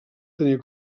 tenir